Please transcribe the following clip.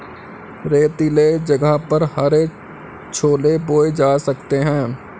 रेतीले जगह पर हरे छोले बोए जा सकते हैं